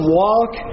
walk